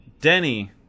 Denny